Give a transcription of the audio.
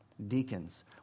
Deacons